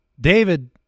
David